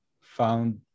found